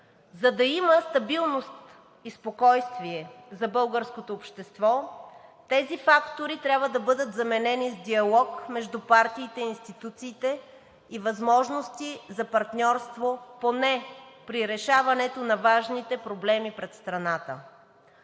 За да има стабилност и спокойствие за българското общество, тези фактори трябва да бъдат заменени с диалог между партиите и институциите и възможности за партньорство поне при решаването на важните проблеми пред страната.